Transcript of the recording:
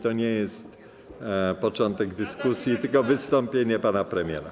To nie jest początek dyskusji, tylko wystąpienie pana premiera.